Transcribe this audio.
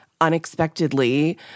unexpectedly